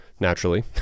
Naturally